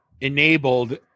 enabled